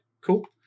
cool